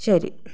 ശരി